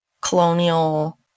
colonial